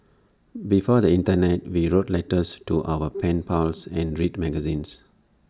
before the Internet we wrote letters to our pen pals and read magazines